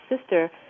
sister